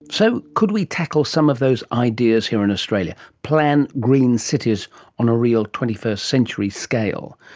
so, could we tackle some of those ideas here in australia? plan green cities on a real twenty first century scale?